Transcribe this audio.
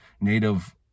native